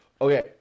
Okay